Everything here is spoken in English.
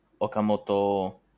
Okamoto